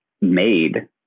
made